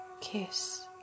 kiss